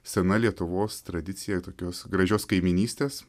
sena lietuvos tradicija tokios gražios kaimynystės